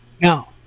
now